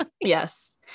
Yes